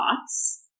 thoughts